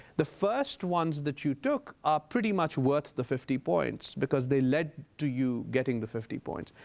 the first ones that you took are pretty much worth the fifty points, because they lead to you getting the fifty points.